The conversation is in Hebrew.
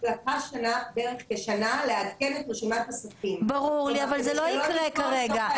לקח בערך כשנה לעדכן את הרשימה --- זה לא ייקרה כרגע.